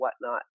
whatnot